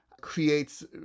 creates